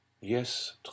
Yes